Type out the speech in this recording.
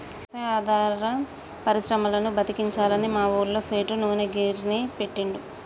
వ్యవసాయాధార పరిశ్రమలను బతికించాలని మా ఊళ్ళ సేటు నూనె గిర్నీ పెట్టిండు